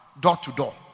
door-to-door